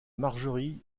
marjorie